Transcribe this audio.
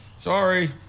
Sorry